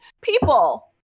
People